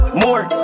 more